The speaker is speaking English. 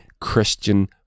Christian